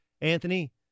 Anthony